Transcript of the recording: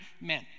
men